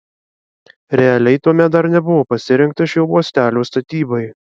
realiai tuomet dar nebuvo pasirengta šio uostelio statybai